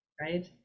Right